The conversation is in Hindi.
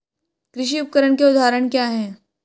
कृषि उपकरण के उदाहरण क्या हैं?